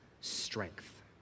strength